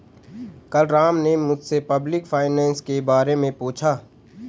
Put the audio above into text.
कल राम ने मुझसे पब्लिक फाइनेंस के बारे मे पूछा